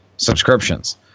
subscriptions